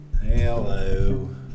Hello